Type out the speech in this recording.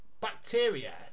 bacteria